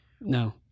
No